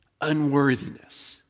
unworthiness